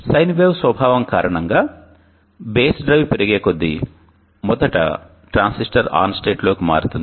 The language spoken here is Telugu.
సైన్ వేవ్ స్వభావం కారణంగా బేస్ డ్రైవ్ పెరిగేకొద్దీ మొదట ట్రాన్సిస్టర్ ON స్టేట్ లోనికి మారుతుంది